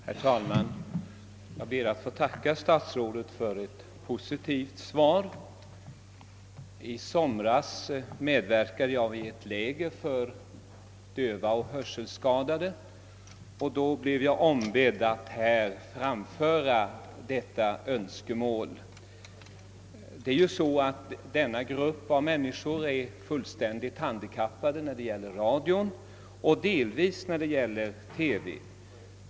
Herr talman! Jag ber att få tacka statsrådet för ett positivt svar. I somras medverkade jag vid ett läger för döva och hörselskadade, och då blev jag ombedd att i riksdagen framföra dessa önskemål. Denna grupp av människor är ju fullständigt handikappad när det gäller radio och delvis även när det gäller TV.